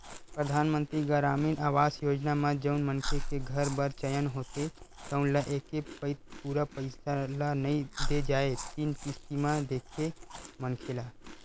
परधानमंतरी गरामीन आवास योजना म जउन मनखे के घर बर चयन होथे तउन ल एके पइत पूरा पइसा ल नइ दे जाए तीन किस्ती म देथे मनखे ल